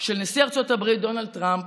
של נשיא ארצות הברית דונלד טראמפ